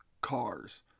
cars